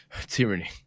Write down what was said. tyranny